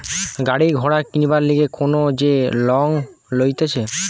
গাড়ি ঘোড়া কিনবার লিগে লোক যে লং লইতেছে